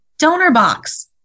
DonorBox